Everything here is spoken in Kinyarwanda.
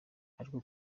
ariko